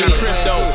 crypto